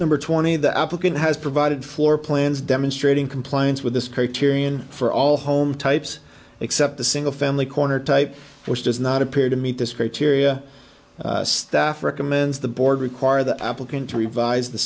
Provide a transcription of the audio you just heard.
number twenty the applicant has provided floor plans demonstrating compliance with this criterion for all home types except the single family corner type which does not appear to meet this criteria staff recommends the board require the applicant to revise the